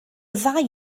ddau